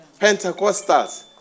Pentecostals